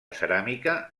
ceràmica